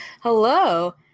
Hello